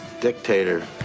dictator